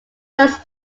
first